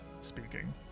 speaking